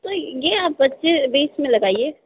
तो ये आप पच्ची बीस में लगाइए